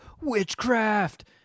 witchcraft